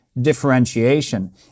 differentiation